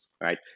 right